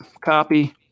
Copy